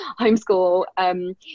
homeschool